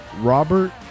Robert